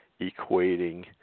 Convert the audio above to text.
equating